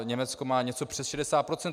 Německo má něco přes 60 %.